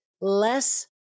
less